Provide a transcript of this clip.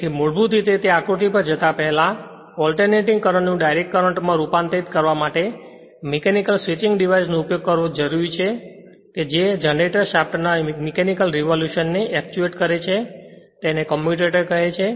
તેથી મૂળભૂત રીતે તે આકૃતિ પર જતાં પહેલાં ઓલ્ટેર્નેટિંગ કરંટ નું ડાઇરેક્ટ કરંટ માં રૂપાંતરિત કરવા માટે તે મીકેનિકલ સ્વિચિંગ ડિવાઇસનો ઉપયોગ કરવો જરૂરી છે કે જે જનરેટર શાફ્ટના મીકેનિકલ રેવોલુશનને એક્ચ્યુએટ કરે છે તેને કમ્યુટેટર કહે છે